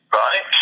right